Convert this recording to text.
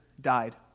died